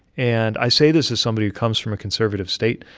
and i say this as somebody who comes from a conservative state,